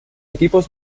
equipos